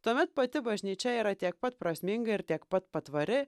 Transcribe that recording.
tuomet pati bažnyčia yra tiek pat prasminga ir tiek pat patvari